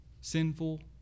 sinful